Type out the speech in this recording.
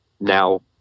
now